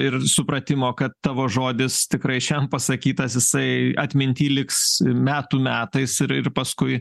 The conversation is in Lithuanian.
ir supratimo kad tavo žodis tikrai šian pasakytas jisai atminty liks metų metais ir ir paskui